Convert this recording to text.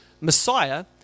Messiah